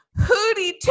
hootie